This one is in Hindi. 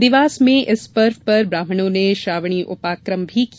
देवास में इस पर्व पर ब्राहाणों ने श्रावणी उपाकर्म भी किया